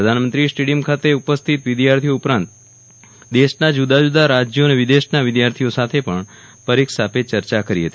પ્રધાનમંત્રીએ સ્ટેડિયમ ખાતે ઉપસ્થિત વિદ્યાર્થીઓ ઉપરાંત દેશના જુદાજુદા રાજયો અને વિદેશના વિદ્યાર્થીઓ સાથે પણ પરીક્ષા પે ચર્ચા કરી હતી